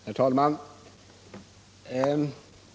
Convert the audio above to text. Herr talman!